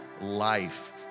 life